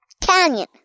canyon